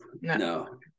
no